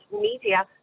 media